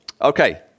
Okay